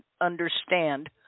understand